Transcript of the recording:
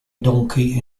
donkey